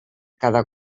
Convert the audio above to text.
cada